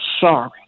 sorry